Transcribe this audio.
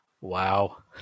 Wow